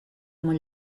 molt